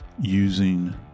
using